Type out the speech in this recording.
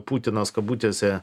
putinas kabutėse